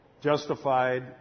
justified